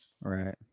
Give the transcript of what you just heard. right